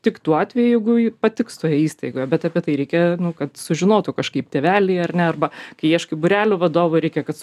tik tuo atveju jeigu patiks toje įstaigoje bet apie tai reikia nu kad sužinotų kažkaip tėveliai ar ne arba kai ieškai būrelių vadovų reikia kad